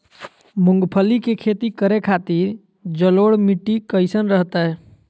मूंगफली के खेती करें के खातिर जलोढ़ मिट्टी कईसन रहतय?